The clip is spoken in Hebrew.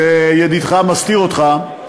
שידידך מסתיר אותך,